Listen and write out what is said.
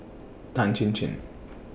Tan Chin Chin